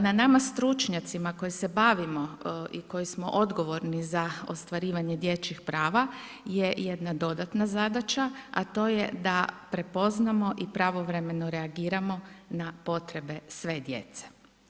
Na nama stručnjacima, koji se bavimo i koji smo odgovorni za ostvarivanje dječjih prava je jedna dodatna zadaća, a to je da prepoznamo i pravovremeno reagiramo na potrebe sve djece.